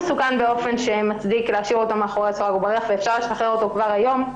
באופן שמצדיק להשאיר אותו מאחורי סורג ובריח ואפשר לשחרר אותו כבר היום,